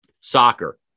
Soccer